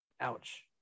Ouch